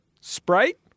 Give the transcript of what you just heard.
Sprite